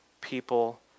people